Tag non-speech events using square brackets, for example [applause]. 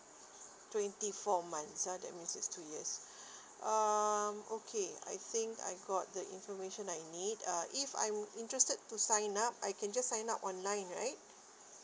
twenty four month ah that means it's two years [breath] um okay I think I got the information I need uh if I'm interested to sign up I can just sign up online right